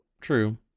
true